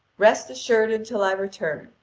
rest assured until i return,